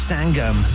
Sangam